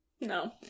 no